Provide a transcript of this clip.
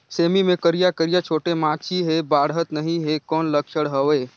सेमी मे करिया करिया छोटे माछी हे बाढ़त नहीं हे कौन लक्षण हवय?